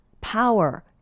power